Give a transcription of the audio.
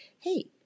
hey